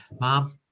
Mom